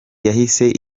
yahise